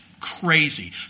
crazy